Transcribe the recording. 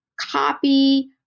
copy